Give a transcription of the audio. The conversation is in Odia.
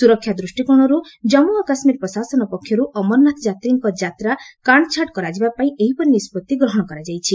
ସୁରକ୍ଷା ଦୃଷ୍ଟିକୋଶରୁ କାମ୍ମୁ ଓ କାଶ୍କୀର ପ୍ରଶାସନ ପକ୍ଷରୁ ଅମରନାଥ ଯାତ୍ରୀଙ୍କ ଯାତ୍ରା କାର୍କଛାଣ୍ଟ କରାଯିବା ପାଇଁ ଏପରି ନିଷ୍କଭି ଗ୍ରହଣ କରାଯାଇଛି